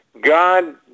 God